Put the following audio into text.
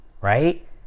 right